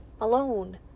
alone